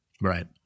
Right